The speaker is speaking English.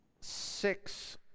six